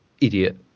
idiot